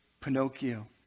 Pinocchio